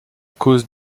cause